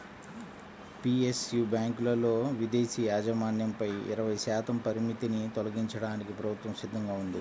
PSU బ్యాంకులలో విదేశీ యాజమాన్యంపై ఇరవై శాతం పరిమితిని తొలగించడానికి ప్రభుత్వం సిద్ధంగా ఉంది